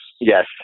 Yes